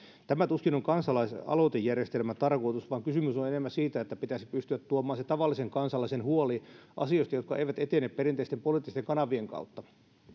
tämä tuskin on kansalaisaloitejärjestelmän tarkoitus vaan kysymys on enemmän siitä että pitäisi pystyä tuomaan se tavallisen kansalaisen huoli asioista jotka eivät etene perinteisten poliittisten kanavien kautta